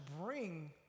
bring